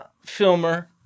filmer